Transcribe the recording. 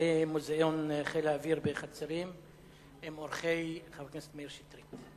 חיילי מוזיאון חיל האוויר בחצרים הם אורחי חבר הכנסת מאיר שטרית.